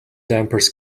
dampers